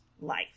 Life